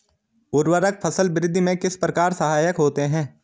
उर्वरक फसल वृद्धि में किस प्रकार सहायक होते हैं?